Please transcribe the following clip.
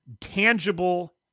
tangible